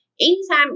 anytime